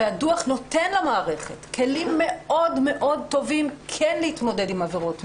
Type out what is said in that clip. הדוח נותן למערכת כלים מאוד מאוד טובים להתמודד עם עבירות מין,